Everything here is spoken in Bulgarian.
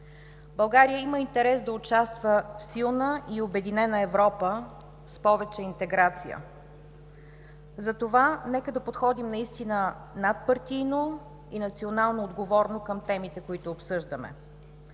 България има интерес да участва в силна и обединена Европа, с повече интеграция“. Затова нека да подходим наистина надпартийно и национално отговорно към темите, които обсъждаме.